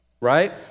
right